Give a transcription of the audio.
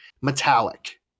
metallic